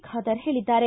ಖಾದರ್ ಹೇಳಿದ್ದಾರೆ